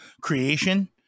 Creation